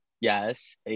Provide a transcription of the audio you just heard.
yes